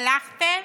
הלכתם,